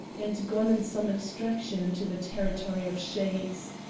and gone in some abstraction into the territory of shades.